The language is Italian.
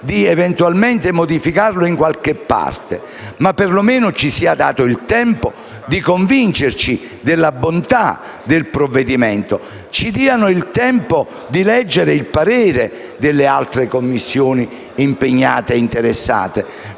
eventualmente in qualche parte, perlomeno ci sia dato il tempo di convincerci della bontà del provvedimento! Ci diano il tempo di leggere il parere delle altre Commissioni impegnate e interessate.